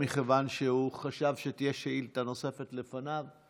מכיוון שהוא חשב שיש שאילתה נוספת לפניו.